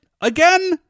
again